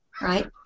Right